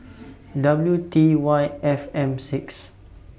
W T Y F M six